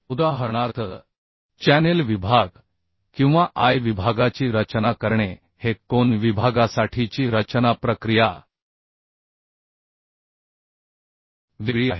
उदाहरणार्थ चॅनेल विभाग किंवा I विभागाची रचना करणे हे कोन विभागासाठीची रचना प्रक्रिया वेगळी आहे